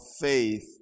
faith